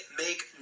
make